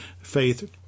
faith